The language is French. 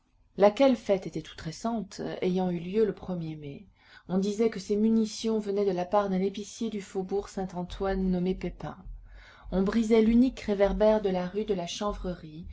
laquelle fête était toute récente ayant eu lieu le er mai on disait que ces munitions venaient de la part d'un épicier du faubourg saint-antoine nommé pépin on brisait l'unique réverbère de la rue de la